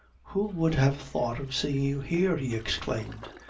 who would have thought of seeing you here! he exclaimed,